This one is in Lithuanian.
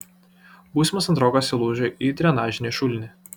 būsimas antrokas įlūžo į drenažinį šulinį